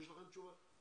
יש לכם תשובה?